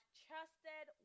trusted